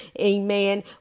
amen